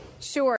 Sure